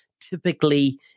typically